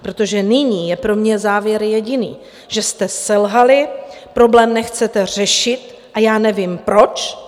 Protože nyní je pro mě závěr jediný: že jste selhali, problém nechcete řešit, a já nevím proč.